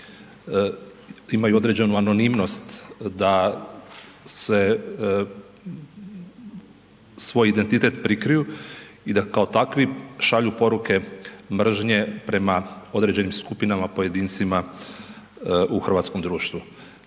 imaju određenu anonimnost da se, svoj identitet prikriju i da kao takvi šalju poruke mržnje prema određenim skupinama, pojedincima u hrvatskom društvu,